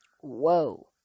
Whoa